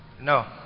No